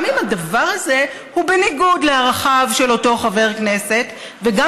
גם אם הדבר הזה הוא בניגוד לערכיו של אותו חבר כנסת וגם